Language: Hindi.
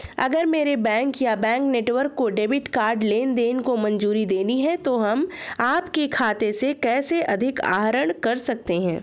अगर मेरे बैंक या बैंक नेटवर्क को डेबिट कार्ड लेनदेन को मंजूरी देनी है तो हम आपके खाते से कैसे अधिक आहरण कर सकते हैं?